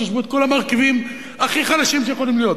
שיש בו כל המרכיבים הכי חלשים שיכולים להיות: